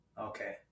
Okay